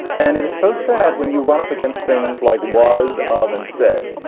and it is so sad when you run up against things like was of and said,